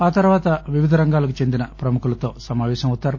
ఆ తర్వాత వివిధ రంగాలకు చెందిన ప్రముఖులతో సమావేసమవుతారు